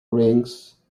rings